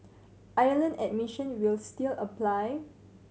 island admission will still apply